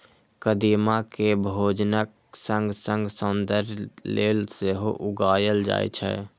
कदीमा कें भोजनक संग संग सौंदर्य लेल सेहो उगायल जाए छै